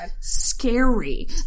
scary